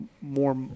more